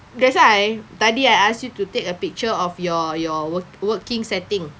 that's why I tadi I ask you to take a picture of your your work~ working setting